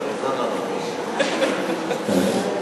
חברי חברי הכנסת,